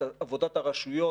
את עבודת הרשויות,